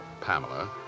Pamela